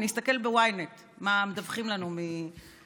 אני אסתכל ב-ynet מה מדווחים לנו מאל-ג'זירה,